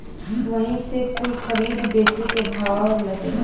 वही से कुल खरीद बेची के भाव लागेला